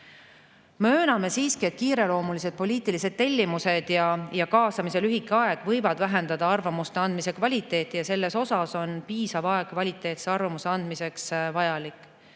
Mööname siiski, et kiireloomulised poliitilised tellimused ja kaasamise lühike aeg võivad vähendada arvamuste andmise kvaliteeti ja selles osas on piisav aeg kvaliteetse arvamuse andmiseks vajalik.